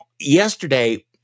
Yesterday